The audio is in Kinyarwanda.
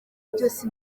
byose